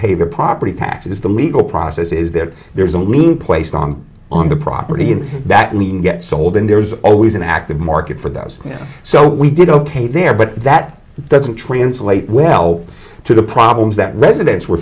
pay their property taxes the legal process is that there is a lien placed long on the property and that lien gets sold and there's always an active market for those so we did ok there but that doesn't translate well to the problems that residents were